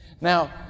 Now